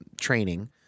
training